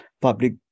public